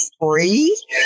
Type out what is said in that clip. free